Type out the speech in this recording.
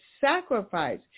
sacrifice